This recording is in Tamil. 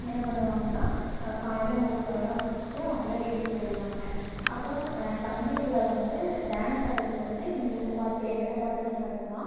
என்ன பண்ணுவாங்கன்னா காலையில் முகூர்த்தம்லாம் முடிச்சிட்டு அவங்கள்லாம் வீட்டுக்கு போயிருவாங்க அப்புறம் சங்கீத்தில் வந்து டான்ஸ் ஆடுறக்கு வந்து இந்தந்த பாட்டு என்னென்ன பாட்டுலாம் நல்லா இருக்கும்னா